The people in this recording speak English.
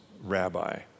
rabbi